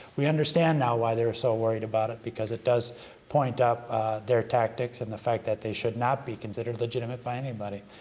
we understand now why they're so worried about it, because it does point up their tactics and the fact that they should not be considered legitimate by anybody.